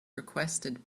requested